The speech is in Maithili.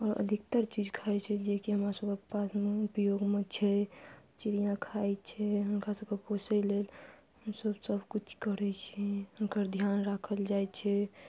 आओर अधिकतर चीज खाइ छै जेकि हमरा सबके पास उपयोगमे छै चिड़िया खाइ छै हुनका सबके पोसय लेल हमसब सब किछु करै छी हुनकर ध्यान राखल जाइ छै